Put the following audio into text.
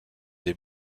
des